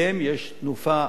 יש תנופה מסוימת,